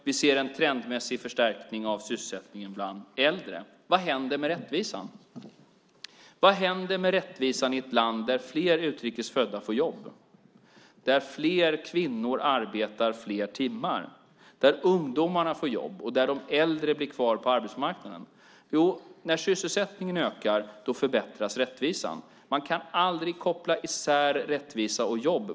Vi ser en trendmässig förstärkning av sysselsättningen bland äldre. Vad händer med rättvisan i ett land där fler utrikes födda får jobb, där fler kvinnor arbetar fler timmar, där ungdomarna får jobb och där de äldre blir kvar på arbetsmarknaden? Jo, när sysselsättningen ökar förbättras rättvisan. Man kan aldrig koppla isär rättvisa och jobb.